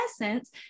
essence